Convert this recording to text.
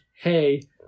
hey